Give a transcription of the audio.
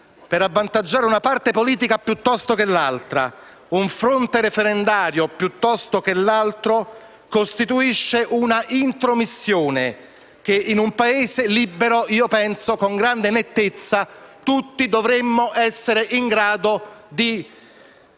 per avvantaggiare una parte politica piuttosto che l'altra, un fronte referendario piuttosto che l'altro, costituisce un'intromissione che in un Paese libero tutti dovremmo essere in grado di